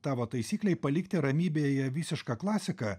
tavo taisyklei palikti ramybėje visišką klasiką